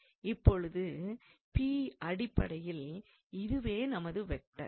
இப்போது P அடிப்படையில் இதுவே நமது வெக்டர்